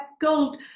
gold